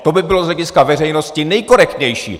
To by bylo z hlediska veřejnosti nejkorektnější.